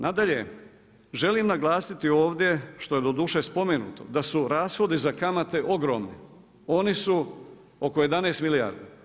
Nadalje, želim naglasiti ovdje što je doduše spomenuto da su rashodi za kamate ogromne, oni su oko 11 milijardi.